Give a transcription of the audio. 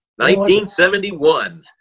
1971